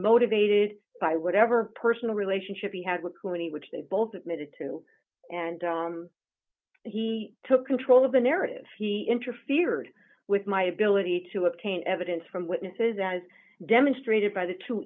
motivated by whatever personal relationship he had with who any which they both admitted to and he took control of the narrative he interfered with my ability to obtain evidence from witnesses as demonstrated by the two